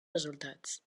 resultats